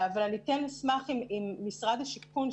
אבל אני כן אשמח אם משרד השיכון,